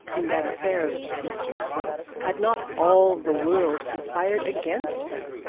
in that affair of mr slope, had not all the world conspired against her?